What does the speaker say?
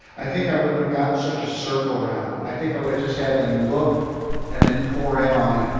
i think i wouldn't have gotten such a circle around him. i think i would have just had them look and then pour in on him.